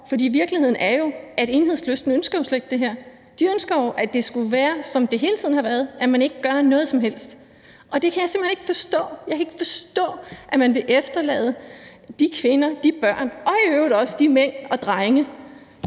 For virkeligheden er jo, at Enhedslisten slet ikke ønsker det her; de ønsker jo, at det skal være, som det hele tiden har været, altså at man ikke gør noget som helst. Og det kan jeg simpelt hen ikke forstå. Jeg kan ikke forstå, at man vil efterlade de kvinder og de børn og i øvrigt også de mænd og drenge